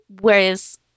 whereas